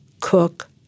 cook